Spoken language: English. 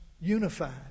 unified